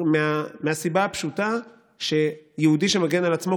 מהסיבה הפשוטה שיהודי שמגן על עצמו,